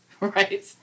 Right